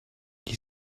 qui